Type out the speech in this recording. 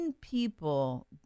people